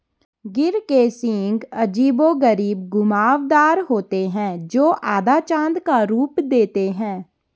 गिर के सींग अजीबोगरीब घुमावदार होते हैं, जो आधा चाँद का रूप देते हैं